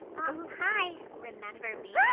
hi! remember me? yeah